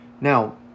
Now